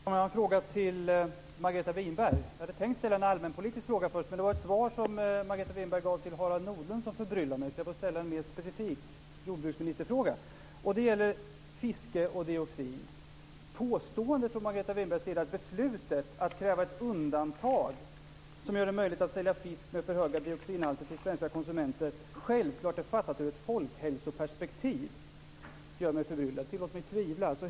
Fru talman! Jag har en fråga till Margareta Winberg. Jag hade först tänkt ställa en allmänpolitisk fråga, men det var ett svar som Margareta Winberg gav till Harald Nordlund som förbryllade mig så jag får ställa en mer specifik jordbruksministerfråga. Det gäller fiske och dioxin. Påståendet från Margareta Winbergs sida att beslutet att kräva ett undantag som gör det möjligt att sälja fisk med för höga dioxinhalter till svenska konsumenter självfallet är fattat ur ett folkhälsoperspektiv gör mig förbryllad. Tillåt mig tvivla.